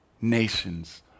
nations